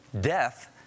death